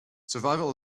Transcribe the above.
survival